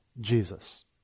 Jesus